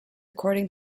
according